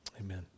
Amen